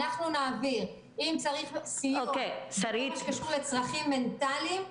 אנחנו נעביר; אם צריך סיוע בכל מה שקשור לצרכים מנטליים,